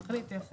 אשמח להתייחס.